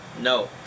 No